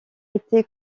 été